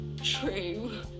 true